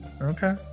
Okay